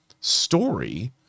story